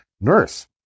Nurse